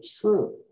true